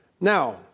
Now